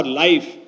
life